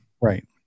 Right